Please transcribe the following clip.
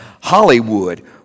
Hollywood